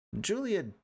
Julia